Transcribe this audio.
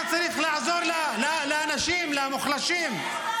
אתה צריך לעזור לאנשים, למוחלשים.